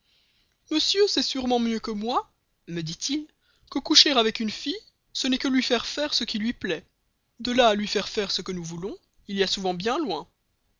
monsieur sait sûrement mieux que moi me dit-il que coucher avec une fille ce n'est que lui faire faire ce qui lui plaît de là à lui faire faire ce que nous voulons il y a souvent bien loin